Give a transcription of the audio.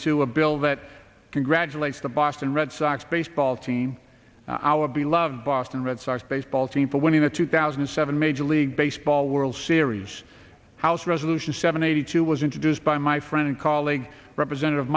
two a bill that congratulates the boston red sox baseball team our beloved boston red sox baseball team for winning the two thousand and seven major league baseball world series house resolution seven eighty two was introduced by my friend and colleague representative